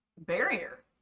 barrier